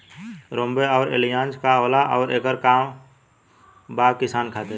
रोम्वे आउर एलियान्ज का होला आउरएकर का काम बा किसान खातिर?